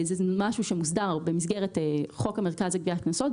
זה משהו שמוסדר במסגרת חוק המרכז לגביית קנסות.